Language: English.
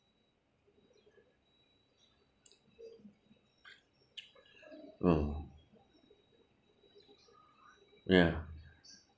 uh ya